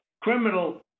criminal